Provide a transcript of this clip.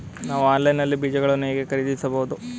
ನಾವು ಆನ್ಲೈನ್ ನಲ್ಲಿ ಬೀಜಗಳನ್ನು ಹೇಗೆ ಖರೀದಿಸಬಹುದು?